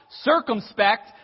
circumspect